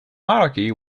monarchy